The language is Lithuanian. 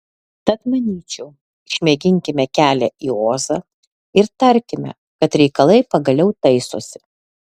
tad manyčiau išmėginkime kelią į ozą ir tarkime kad reikalai pagaliau taisosi